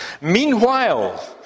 meanwhile